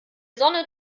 sonne